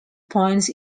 points